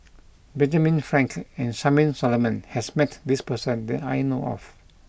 Benjamin Frank and Charmaine Solomon has met this person that I know of